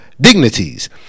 dignities